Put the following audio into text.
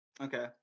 Okay